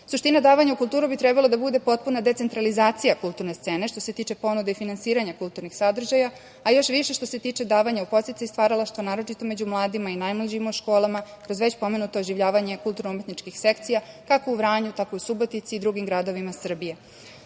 državu. Suština davanja u kulturu bi trebalo da bude potpuna decentralizacija kulturne scene, što se tiče ponude i finansiranja kulturnih sadržaja, a još više što se tiče davanja u podsticaj stvaralaštva, naročito među mladima i najmlađima u školama kroz već pomenuto oživljavanje kulturno-umetničkih sekcija, kako u Vranju, tako i u Subotici i drugim gradovima